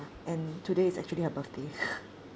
and today is actually her birthday